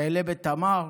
"אעלה בתמר",